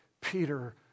Peter